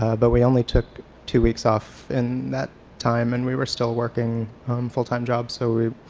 ah but we only took two weeks off in that time and we were still working full-time jobs so we,